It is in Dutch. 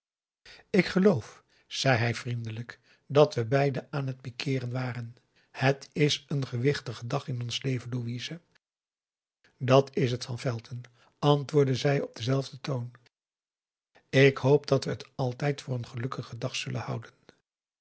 ik geloof zei hij vriendelijk dat we beiden aan het p i k i r e n waren het is een gewichtige dag in ons leven louise dat is het van velton antwoordde zij op denzelfden toon ik hoop dat we het altijd voor een gelukkigen dag zullen houden